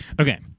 Okay